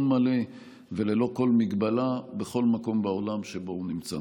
מלא וללא כל הגבלה בכל מקום בעולם שבו הוא נמצא.